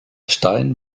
stein